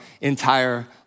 entire